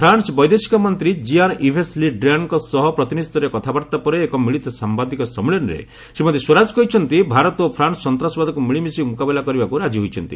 France ବୈଦେଶିକ ମନ୍ତ୍ରୀ Jean Yves Le ଡ୍ରିୟାନ୍ଙ୍କ ସହ ପ୍ରତିନିଧିଷ୍ଠରୀୟ କଥାବାର୍ତ୍ତା ପରେ ଏକ ମିଳିତ ସାମ୍ବାଦିକ ସମ୍ମିଳନୀରେ ଶ୍ରୀମତୀ ସ୍ୱରାଜ କହିଛନ୍ତି ଭାରତ ଓ ଫ୍ରାନ୍ନ ସନ୍ତାସବାଦକୁ ମିଳିମିଶି ମୁକାବିଲା କରିବାକୁ ରାଜି ହୋଇଛନ୍ତି